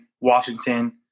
Washington